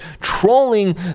trolling